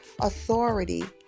authority